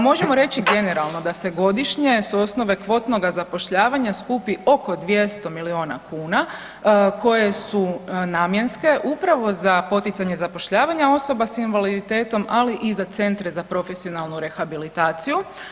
Možemo reći generalno da se godišnje s osnove kvotnoga zapošljavanja skupi oko 200 milijuna kuna koje su namjenske upravo za poticanje zapošljavanja osoba s invaliditetom, ali i za centre za profesionalnu rehabilitaciju.